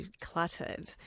cluttered